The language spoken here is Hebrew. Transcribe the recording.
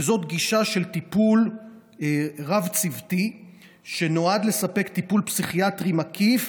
וזאת גישה של טיפול רב-צוותי שנועד לספק טיפול פסיכיאטרי מקיף,